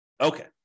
Okay